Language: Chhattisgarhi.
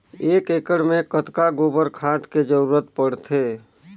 एक एकड़ मे कतका गोबर खाद के जरूरत पड़थे?